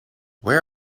where